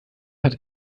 hat